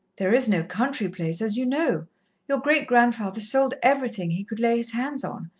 there is no country place, as you know your great-grandfather sold everything he could lay his hands on,